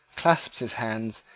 clasped his hands,